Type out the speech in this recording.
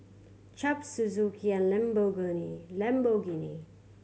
Chaps Suzuki and Lamborghini